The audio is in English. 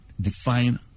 define